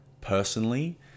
personally